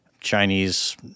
Chinese